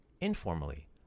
informally